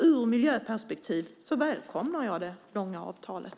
Ur miljöperspektiv välkomnar jag det långa avtalet.